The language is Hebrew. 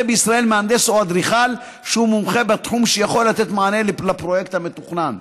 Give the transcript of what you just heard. בישראל מהנדס או אדריכל שהוא מומחה בתחום שיכול לתת מענה לפרויקט המתוכנן.